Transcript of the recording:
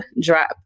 drop